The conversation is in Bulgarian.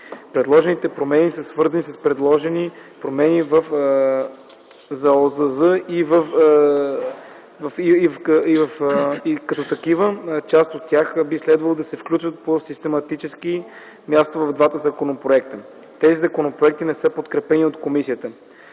Предложените промени са свързани с предложени промени в ЗОЗЗ и в ЗГ, и като такива част от тях би следвало да се включат на систематичното им място в двата законопроекта. Тези законопроекти не са подкрепени от комисията.